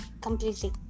completely